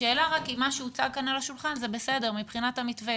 השאלה רק אם מה שהוצג כאן על השולחן זה בסדר מבחינת המתווה.